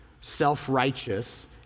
self-righteous